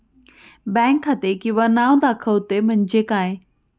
Bank खाते किंवा नाव दाखवते म्हणजे काय?